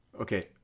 Okay